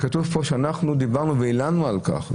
כתוב פה שאנחנו דיברנו והלנו על כך.